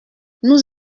nous